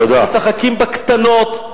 משחקים בקטנות,